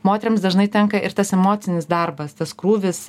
moterims dažnai tenka ir tas emocinis darbas tas krūvis